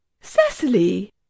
Cecily